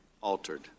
altered